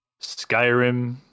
Skyrim